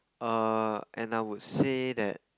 err and I would say that